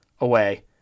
away